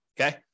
okay